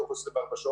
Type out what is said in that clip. תוך 24 שעות,